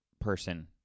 person